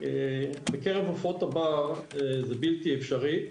בקרב עופות הבר זה בלתי אפשרי.